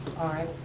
alright,